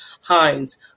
Hines